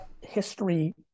history